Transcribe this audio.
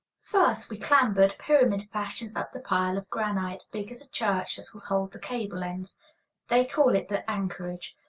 first we clambered, pyramid fashion, up the pile of granite, big as a church, that will hold the cable-ends they call it the anchorage.